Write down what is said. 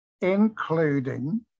including